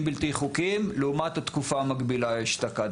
בלתי חוקיים לעומת התקופה המקבילה אשתקד.